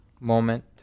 moment